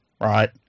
right